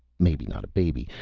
maybe not a baby,